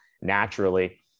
naturally